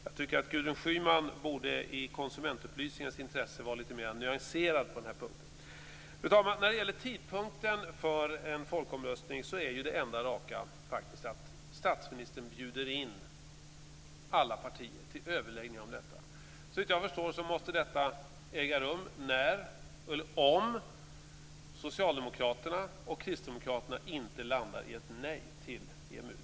Jag tycker att Gudrun Schyman i konsumentupplysningens intresse borde vara lite mer nyanserad på denna punkt. Fru talman! När det gäller tidpunkten för en folkomröstning är det enda raka att statsministern bjuder in alla partier till överläggningar om detta. Såvitt jag förstår måste detta äga rum när eller om Socialdemokraterna och Kristdemokraterna inte landar i ett nej till EMU.